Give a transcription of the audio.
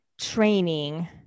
training